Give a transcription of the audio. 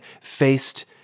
faced